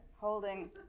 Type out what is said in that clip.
holding